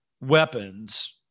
weapons